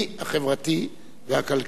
החברתי והכלכלי.